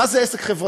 מה זה עסק חברתי?